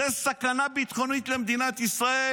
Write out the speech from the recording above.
זו סכנה ביטחונית למדינת ישראל.